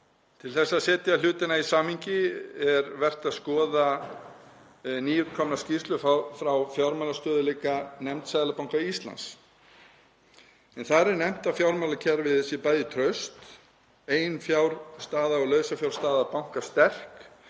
Til að setja hlutina í samhengi er vert að skoða nýútkomna skýrslu frá fjármálastöðugleikanefnd Seðlabanka Íslands. Þar er nefnt að fjármálakerfið sé traust, eiginfjárstaða og lausafjárstaða banka sterk